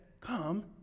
come